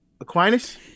Aquinas